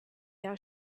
are